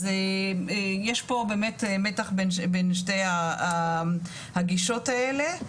אז יש פה באמת מתח בין שתי הגישות האלה.